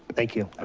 thank you.